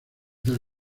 del